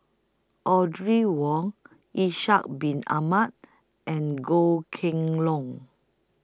Audrey Wong Ishak Bin Ahmad and Goh Kheng Long